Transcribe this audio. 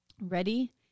ready